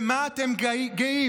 במה אתם גאים?